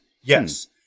Yes